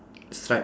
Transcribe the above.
stripe